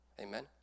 Amen